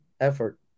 effort